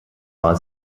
war